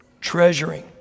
treasuring